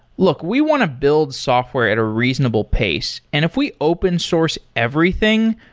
look, we want to build software at a reasonable pace, and if we open source everything,